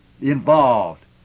involved